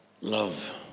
love